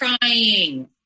crying